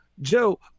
Joe